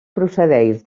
procedeix